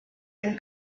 been